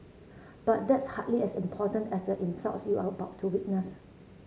but that's hardly as important as insults you are about to witness